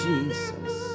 Jesus